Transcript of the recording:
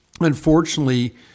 unfortunately